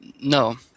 No